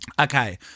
Okay